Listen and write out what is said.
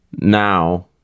now